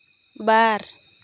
ᱵᱟᱨ